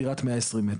דירת 120 מטר.